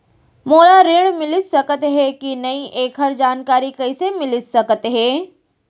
मोला ऋण मिलिस सकत हे कि नई एखर जानकारी कइसे मिलिस सकत हे?